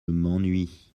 m’ennuie